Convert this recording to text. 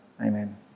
Amen